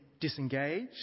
disengaged